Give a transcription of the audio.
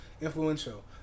influential